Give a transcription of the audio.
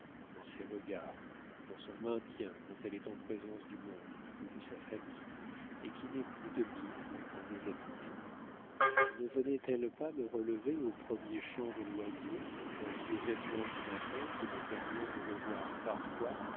dans ses regards dans son maintien quand elle est en présence du monde ou de sa famille et qui n'est plus de mise en déshabillé ne venait-elle pas me relever aux premiers chants de l'oiseau dans ses vêtements du matin qui me permirent de revoir parfois